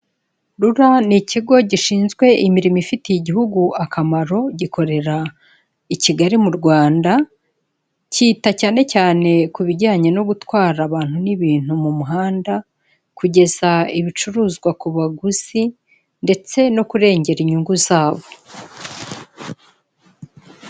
RURA ni ikigo gishinzwe imirimo ifitiye igihugu akamaro, gikorera i Kigali mu Rwanda cyita cyane cyane ku bijyanye no gutwara abantu n'ibintu mu muhanda, kugeza ibicuruzwa ku baguzi ndetse no kurengera inyungu zabo.